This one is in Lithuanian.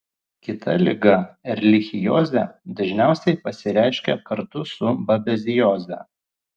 kita liga erlichiozė dažniausiai pasireiškia kartu su babezioze